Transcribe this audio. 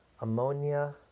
ammonia